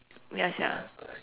ya sia